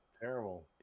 Terrible